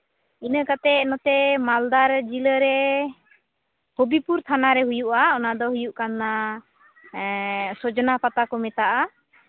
ᱤᱱᱟᱹ ᱠᱟᱛᱮᱜ ᱱᱚᱛᱮ ᱢᱟᱞᱫᱟ ᱡᱮᱞᱟᱨᱮ ᱦᱚᱵᱤᱵᱽᱯᱩᱨ ᱛᱷᱟᱱᱟᱨᱮ ᱦᱩᱭᱩᱜᱼᱟ ᱚᱱᱟᱫᱚ ᱦᱩᱭᱩᱜᱼᱟ ᱠᱟᱱᱟ ᱥᱚᱡᱽᱱᱟ ᱯᱟᱛᱟ ᱠᱚ ᱢᱮᱛᱟᱜᱼᱟ